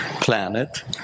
planet